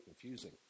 confusing